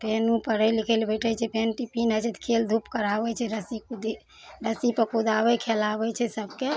फेर ओ पढ़ै लिखै लए बैठै छै फेर टिफिन होइ छै तऽ खेल धूप कराबै छै रस्सी कुदी रस्सी पर कुदाबै खेलाबै छै सबके